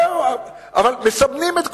זהו, אבל מסבנים את כולם.